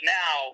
now